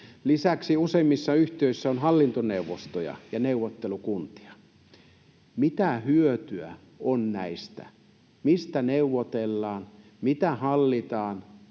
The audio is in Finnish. Lisäksi useimmissa yhtiöissä on hallintoneuvostoja ja neuvottelukuntia. Mitä hyötyä on näistä? Mistä neuvotellaan? Mitä hallitaan,